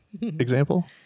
example